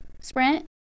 Sprint